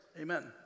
Amen